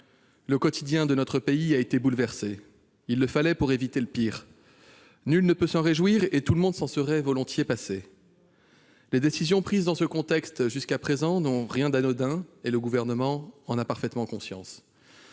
Le quotidien de notre pays a été bouleversé. Il le fallait pour éviter le pire. Nul ne peut s'en réjouir et tout le monde s'en serait volontiers passé. Les décisions prises jusqu'à présent dans ce contexte n'ont rien d'anodin et le Gouvernement en a parfaitement conscience.